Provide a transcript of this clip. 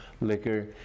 liquor